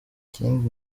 ikindi